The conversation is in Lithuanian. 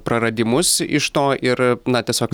praradimus iš to ir na tiesiog